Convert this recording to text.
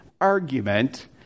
argument